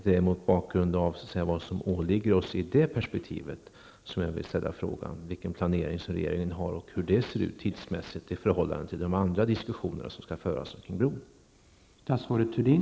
Det är mot bakgrund av vad som åligger oss i det perspektivet som jag vill fråga vilken planering som regeringen har och hur det förhåller sig tidsmässigt i förhållande till de andra diskussioner som skall föras om bron.